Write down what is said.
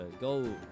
go